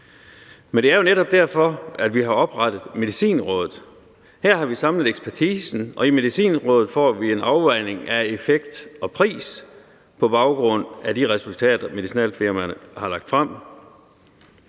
Men det er jo netop derfor, vi har oprettet Medicinrådet. Her har vi samlet ekspertisen, og i Medicinrådet får vi en afvejning af effekt og pris på baggrund af de resultater, medicinalfirmaerne har lagt frem.